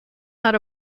out